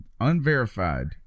unverified